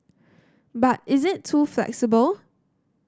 but is it too flexible